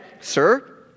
Sir